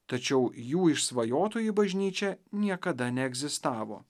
tačiau jų išsvajotoji bažnyčia niekada neegzistavo